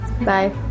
Bye